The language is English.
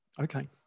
Okay